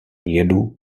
jedu